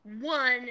One